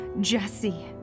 Jesse